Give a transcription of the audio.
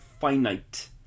finite